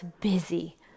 busy